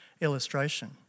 illustration